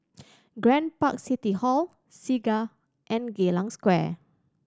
Grand Park City Hall Segar and Geylang Square